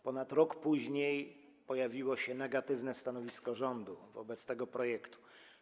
Ponad rok później pojawiło się negatywne stanowisko rządu wobec tego projektu.